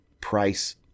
price